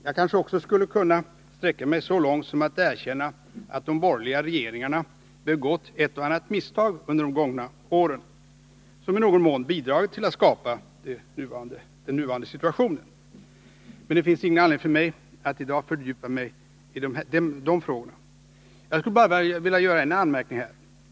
Jag kanske också skulle kunna sträcka mig så långt som att erkänna att de borgerliga regeringarna begått ett och annat misstag under de gångna åren, som i någon mån bidragit till att skapa den nuvarande situationen. Men det finns ingen anledning för mig att i dag fördjupa mig i dessa frågor. Jag skulle bara vilja göra en anmärkning här.